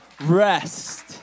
rest